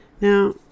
Now